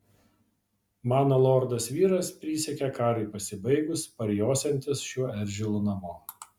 mano lordas vyras prisiekė karui pasibaigus parjosiantis šiuo eržilu namo